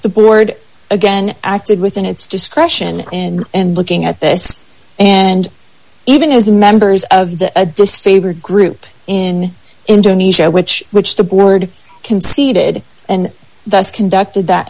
the board again acted within its discretion and and looking at this and even as members of the disfavored group in indonesia which which the board conceded and that's conducted that